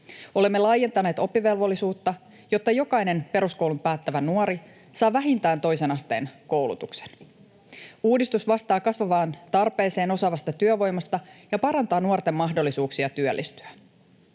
Olemme laajentaneet oppivelvollisuutta, jotta jokainen peruskoulun päättävä nuori saa vähintään toisen asteen koulutuksen. Uudistus vastaa kasvavaan tarpeeseen osaavasta työvoimasta ja parantaa nuorten mahdollisuuksia työllistyä.